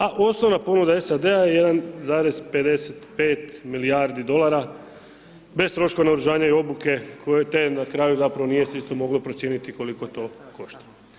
A osnovna ponuda SAD-a je 1,55 milijardi dolara bez troškova naoružanja i obuke koje na kraju zapravo nije se isto moglo procijeniti koliko to košta.